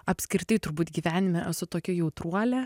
apskritai turbūt gyvenime esu tokia jautruolė